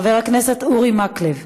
חבר הכנסת אורי מקלב,